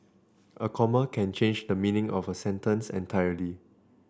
a comma can change the meaning of a sentence entirely